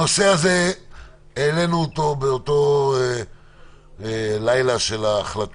העלינו את הנושא הזה באותו לילה של ההחלטות,